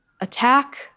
attack